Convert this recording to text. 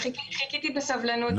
חיכיתי בסבלנות אבל.